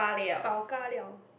pao-ka-liao